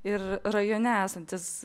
ir rajone esantys